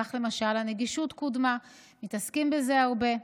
כך למשל הנגישות קודמה, מתעסקים בזה הרבה.